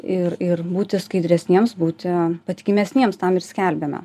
ir ir būti skaidresniems būti patikimesniems tam ir skelbiame